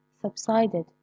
subsided